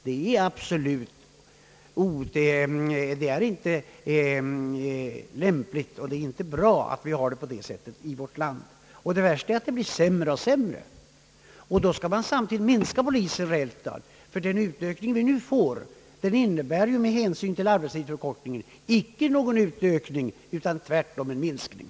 Det är inte bra, att vi har det på sådant sätt i vårt land. Och det värsta är, att det blir sämre och sämre — och då skall man samtidigt enligt regeringens förslag reellt minska poliskåren. Den utökning vi nu får innebär ju, med hänsyn = till — arbetstidsförkortningen, icke någon utökning utan tvärtom en minskning.